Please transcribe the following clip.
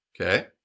okay